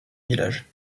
village